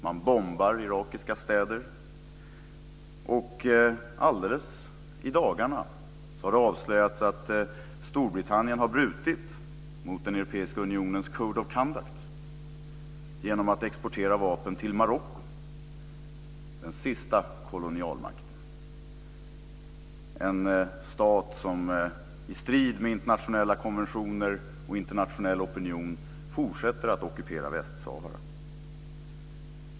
Man bombar irakiska städer, och alldeles i dagarna har det avslöjats att Storbritannien har brutit mot den europeiska unionens code of conduct genom att exportera vapen till Marocko - den sista kolonialmakten. Det är en stat som i strid med internationella konventioner och internationell opinion fortsätter att ockupera Västsahara.